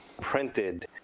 printed